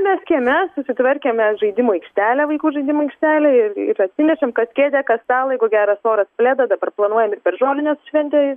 mes kieme susitvarkėme žaidimų aikštelę vaikų žaidimų aikštelę ir ir atsinešam kas kėdę kas stalą jeigu geras oras pledą dabar planuojam ir per žolinės šventę